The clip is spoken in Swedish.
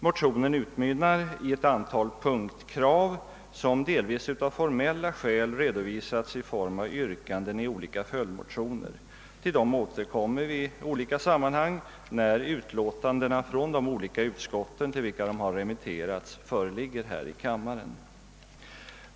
Motionen utmynnar i ett antal punktkrav, som delvis av formella skäl redovisats i form av yrkanden i olika följdmotioner. Till dem återkommer vi i olika sammanhang, när utlåtandena från de utskott till vilka de remitterats föreligger här i kammaren.